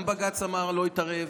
גם בג"ץ אמר שהוא לא יתערב,